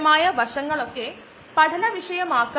അതുപോലെ ഒരു clean slate പോലെ ആകാനും